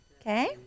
Okay